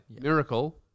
Miracle